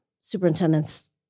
superintendents